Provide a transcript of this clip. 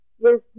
Yes